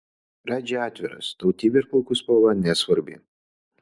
radži atviras tautybė ir plaukų spalva nesvarbi